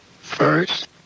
first